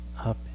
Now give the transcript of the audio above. up